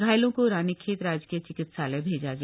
घायलों कै रानीखेत राजकीय चिकित्सालय भेजा गया